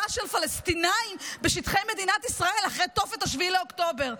של פלסטינים בשטחי מדינת ישראל אחרי תופת 7 באוקטובר,